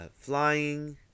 flying